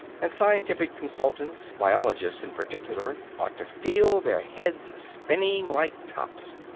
and scientific consultants biologists in particular ought to feel their heads spinning like tops.